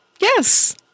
Yes